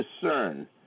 discern